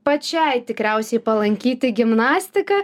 pačiai tikriausiai palankyti gimnastiką